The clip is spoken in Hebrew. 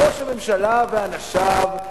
ראש הממשלה ואנשיו,